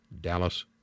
Dallas